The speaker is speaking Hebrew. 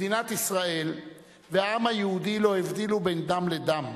מדינת ישראל והעם היהודי לא הבדילו בין דם לדם,